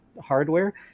hardware